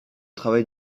travail